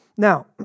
Now